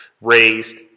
raised